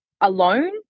alone